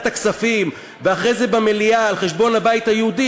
הכספים ואחרי זה במליאה על חשבון הבית היהודי,